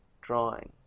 drawing